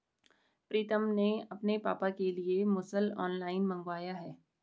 प्रितम ने अपने पापा के लिए मुसल ऑनलाइन मंगवाया है